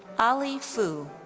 ollie foo.